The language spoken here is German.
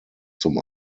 zum